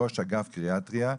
ראש אגף גריאטריה,